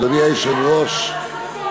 לעשות צחוק